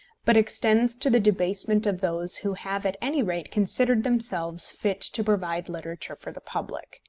but extends to the debasement of those who have at any rate considered themselves fit to provide literature for the public.